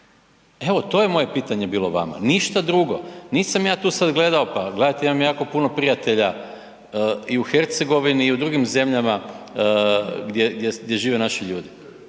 Evo to je moje pitanje bilo vama. Ništa drugo, nisam ja sad tu gledao, pa gledajte imam ja jako puno prijatelja i u Hercegovini i u drugim zemljama gdje žive naši ljudi.